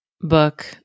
book